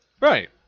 Right